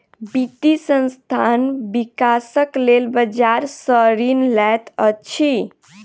वित्तीय संस्थान, विकासक लेल बजार सॅ ऋण लैत अछि